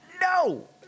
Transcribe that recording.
No